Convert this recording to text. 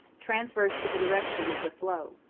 transverse to the direction, of the flow.